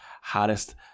hottest